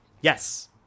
Yes